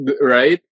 right